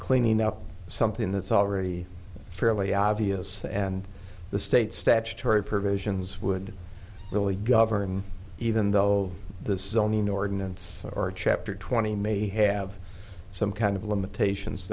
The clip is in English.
cleaning up something that's already fairly obvious and the state statutory provisions would really govern even though the zoning ordinance or chapter twenty may have some kind of limitations